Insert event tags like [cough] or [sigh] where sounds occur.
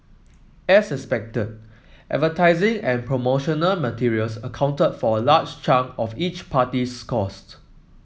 as expected [unintelligible] and promotional materials accounted for a large chunk of each party's costs